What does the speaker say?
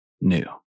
new